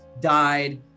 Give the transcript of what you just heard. died